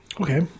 Okay